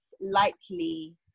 likely